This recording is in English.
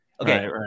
Okay